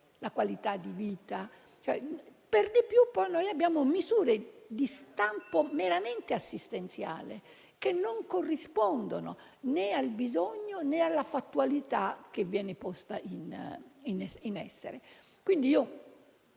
qualità della vita? Per di più abbiamo misure di stampo meramente assistenziale che non corrispondono né al bisogno né alla fattualità che viene posta in essere. Mi dichiaro